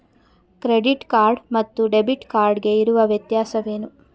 Credit card ಮತ್ತು debit card ಗೆ ಇರುವ ವ್ಯತ್ಯಾಸವೇನು?